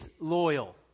loyal